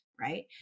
right